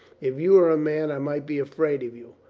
if you were a man i might be afraid of you.